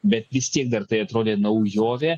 bet vis tiek dar tai atrodė naujovė